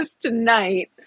tonight